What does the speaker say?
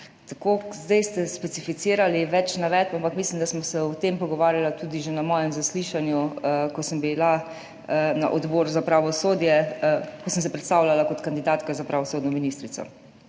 države. Zdaj ste specificirali več navedb, ampak mislim, da sva se o tem pogovarjala tudi že na mojem zaslišanju, ko sem bila na Odboru za pravosodje, ko sem se predstavljala kot kandidatka za pravosodno ministrico.